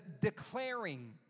declaring